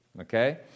okay